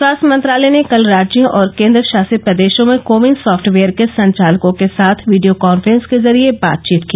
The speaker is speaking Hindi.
स्वास्थ्य मंत्रालय ने कल राज्यों और केंद्रशासित प्रदेशों में कोविन सॉफ्टवेयर के संचालकों के साथ वीडियो कांफ्रेस के जरिए बातचीत की